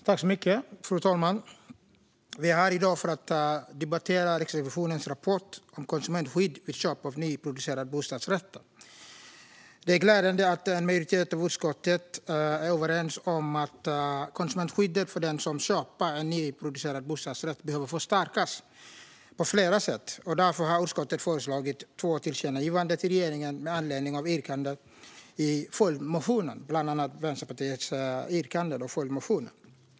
Fru talman! I dag debatterar vi Riksrevisionens rapport om konsumentskydd vid köp av nyproducerade bostadsrätter. Det är glädjande att en majoritet i utskottet är överens om att konsumentskyddet för den som köper en nyproducerad bostadsrätt på flera sätt behöver förstärkas. Därför har utskottet föreslagit två tillkännagivanden till regeringen med anledning av yrkanden i följdmotioner, bland annat från Vänsterpartiet.